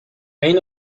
اینو